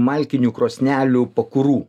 malkinių krosnelių pakurų